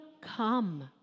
come